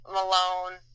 Malone